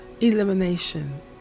elimination